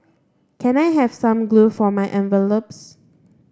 can I have some glue for my envelopes